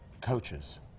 coaches